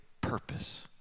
purpose